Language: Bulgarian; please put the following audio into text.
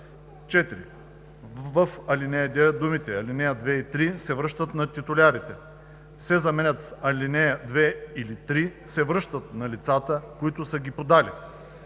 4. В ал. 9 думите „ал. 2 и 3 се връщат на титулярите“ се заменят с „ал. 2 или 3 се връщат на лицата, които са ги подали“.“